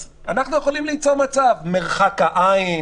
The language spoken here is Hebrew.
אז אנחנו יכולים ליצור מצב מרחק העין,